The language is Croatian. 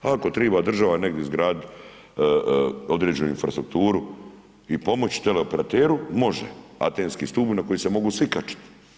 Ako treba država negdje izgraditi određenu infrastrukturu i pomoć teleoperateru, može, atenski stup na koji se mogu svi kačit.